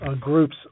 group's